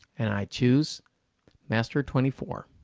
and i choose master twenty four.